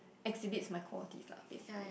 exhibits my quality lah basically